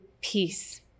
peace